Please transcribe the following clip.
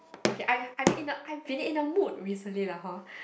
okay I I be in a I've be in a mood recently lah hor